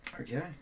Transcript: Okay